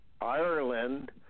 Ireland